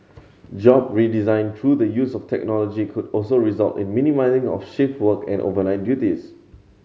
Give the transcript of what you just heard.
job redesign through the use of technology could also result in minimising of shift work and overnight duties